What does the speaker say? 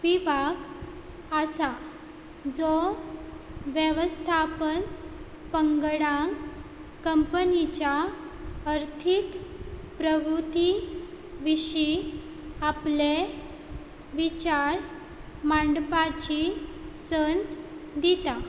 विभाग आसा जो वेवस्थापन पंगडांक कंपनीच्या अर्थीक प्रवुती विशीं आपले विचार मांडपाची संद दिता